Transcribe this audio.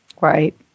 Right